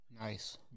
Nice